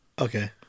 Okay